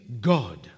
God